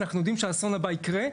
אנחנו יודעים שהאסון הבא יקרה,